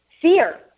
fear